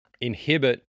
inhibit